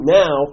now